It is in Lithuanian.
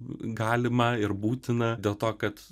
galima ir būtina dėl to kad